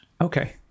Okay